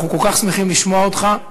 אנחנו כל כך שמחים לשמוע אותך.